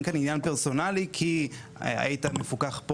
אין כאן עניין פרסונלי שהיית מפוקח פה